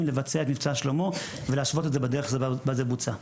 לבצע את “מבצע שלמה” ולהשוות את זה בדרך בה זה בוצע,